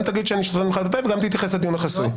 גם תגיד שאני סותם לך את הפה וגם תתייחס לדיון החסוי.